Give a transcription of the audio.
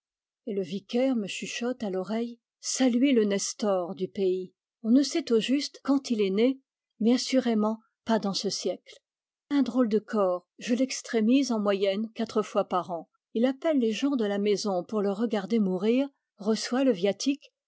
et le vicaire me chuchote à l'oreille saluez le nestor du pays on ne sait au juste quand il est né mais assurément pas dans ce siècle un drôle de corps je l'extrêmise en moyenne quatre fois par an il appelle les gens de la maison pour le regarder mourir reçoit le viatique